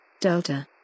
Delta